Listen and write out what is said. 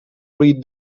read